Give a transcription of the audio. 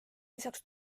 lisaks